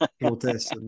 protests